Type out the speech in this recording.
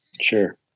Sure